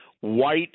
white